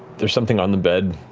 there's something on the bed.